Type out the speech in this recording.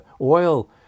Oil